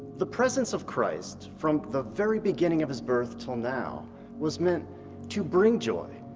the presence of christ from the very beginning of his birth till now was meant to bring joy.